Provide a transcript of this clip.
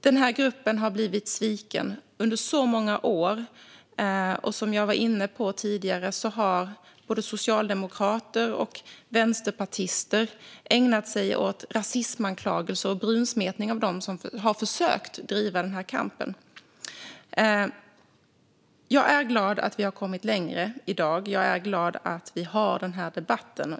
Den har blivit sviken under så många år, och som jag var inne på tidigare har både socialdemokrater och vänsterpartister ägnat sig åt rasismanklagelser och brunsmetning av dem som har försökt driva den här kampen. Jag är glad över att vi har kommit längre i dag och över att vi har den här debatten.